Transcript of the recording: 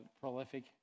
prolific